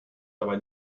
dabei